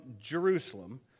Jerusalem